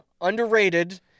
underrated